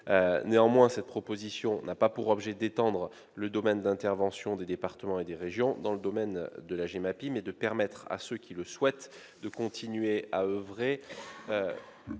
Néanmoins, cette proposition de loi n'a pas pour objet d'étendre le domaine d'intervention des départements et des régions dans le domaine de la GEMAPI, mais de permettre à ceux qui le souhaitent de continuer à oeuvrer